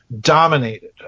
dominated